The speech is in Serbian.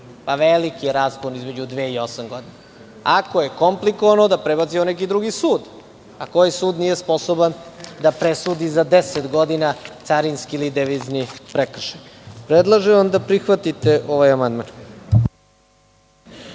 Veliki je raspon između dve i osam godina. Ako je komplikovano da prebacimo u neki drugi sud, a koji sud nije sposoban da presudi za deset godina carinski ili devizni prekršaj? Predlažem vam da prihvatite ovaj amandman.